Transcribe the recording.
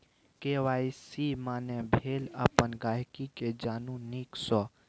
KYC माने भेल अपन गांहिकी केँ जानु नीक सँ